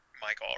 Mike